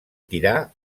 tirà